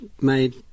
made